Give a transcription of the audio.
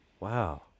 Wow